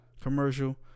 Commercial